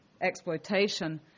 exploitation